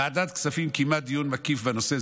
ועדת הכספים קיימה דיון מקיף בנושא,